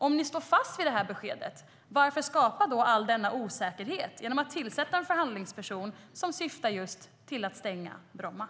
Om ni står fast vid det beskedet, varför skapa all denna osäkerhet genom att tillsätta en förhandlingsperson - vilket just syftar till att stänga Bromma?